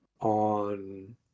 on